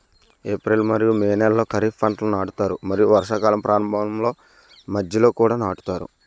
April మరియు May నెలలో ఖరీఫ్ పంటలను నాటుతారు మరియు వర్షాకాలం ప్రారంభంలో మధ్యలో కూడా నాటుతారు